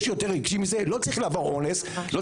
יש יותר רגשי מזה?! לא צריך לעבור אונס ולא